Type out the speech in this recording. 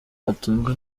atunzwe